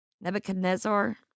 Nebuchadnezzar